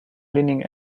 leaning